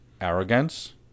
Arrogance